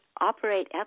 operate